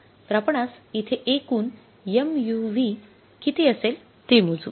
तर आपणास इथे एकूण MUV किती असेल ते मोजू